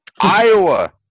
Iowa